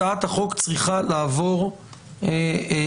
הצעת החוק צריכה לעבור עידון,